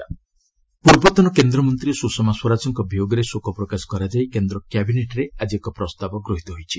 cabinet Sushma Swaraj ପୂର୍ବତନ କେନ୍ଦ୍ରମନ୍ତ୍ରୀ ସୁଷମା ସ୍ୱରାଜଙ୍କ ବିୟୋଗରେ ଶୋକ ପ୍ରକାଶ କରାଯାଇ କେନ୍ଦ୍ର କ୍ୟାବିନେଟ୍ରେ ଆଜି ଏକ ପ୍ରସ୍ତାବ ଗୃହୀତ ହୋଇଛି